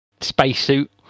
spacesuit